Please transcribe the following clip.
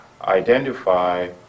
identify